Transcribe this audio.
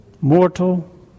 mortal